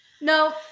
No